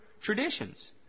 traditions